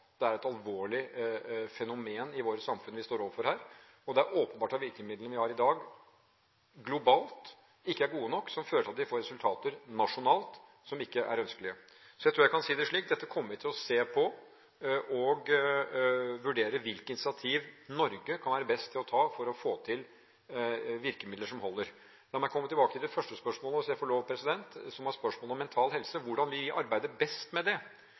Det er et alvorlig fenomen i våre samfunn vi står overfor her, og det er åpenbart at virkemidlene vi har i dag – globalt – ikke er gode nok. Det fører til at vi får resultater nasjonalt som ikke er ønskelige. Så jeg tror jeg kan si det slik: Dette kommer vi til å se på og vurdere hvilke initiativ Norge kan være best til å ta for å få til virkemidler som holder. La meg komme tilbake til det første spørsmålet – hvis jeg får lov – som var spørsmål om mental helse og hvordan vi arbeider best med det.